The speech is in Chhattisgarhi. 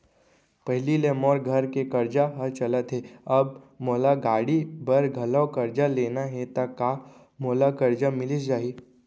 पहिली ले मोर घर के करजा ह चलत हे, अब मोला गाड़ी बर घलव करजा लेना हे ता का मोला करजा मिलिस जाही?